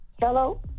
Hello